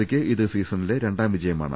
സിക്ക് ഇത് സീസണിലെ രണ്ടാം വിജയമാണ്